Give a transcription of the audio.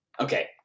Okay